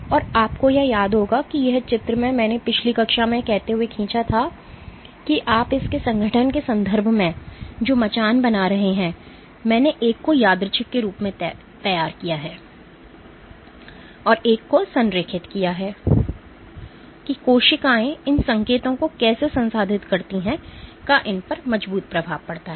और आपको यह याद होगा कि यह चित्र मैंने पिछली कक्षा से यह कहते हुए खींचा था कि आप इसके संगठन के संदर्भ में जो मचान बना रहे हैं मैंने एक को यादृच्छिक के रूप में तैयार किया है और एक को संरेखित किया है कि कोशिकाएं इन संकेतों को कैसे संसाधित करती हैं का इन पर मजबूत प्रभाव पड़ता है